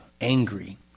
angry